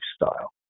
lifestyle